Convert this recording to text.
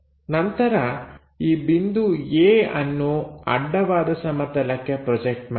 ನಂತರ ಈ ಬಿಂದು A ಅನ್ನು ಅಡ್ಡವಾದ ಸಮತಲಕ್ಕೆ ಪ್ರೊಜೆಕ್ಟ್ ಮಾಡಿ